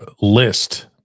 list